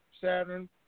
Saturn